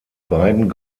beiden